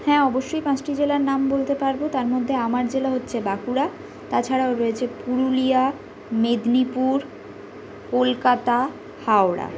হ্যাঁ অবশ্যই পাঁচটি জেলার নাম বলতে পারবো তার মধ্যে আমার জেলা হচ্ছে বাঁকুড়া তাছাড়াও রয়েছে পুরুলিয়া মেদিনীপুর কলকাতা হাওড়া